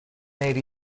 eighty